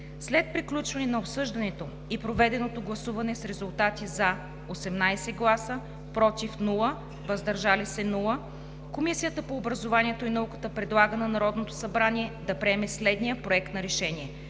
След приключване на обсъждането и проведено гласуване с резултати 18 гласа „за“ , без „против“ и „въздържал се“ Комисията по образованието и науката предлага на Народното събрание да приеме следния: „Проект! РЕШЕНИЕ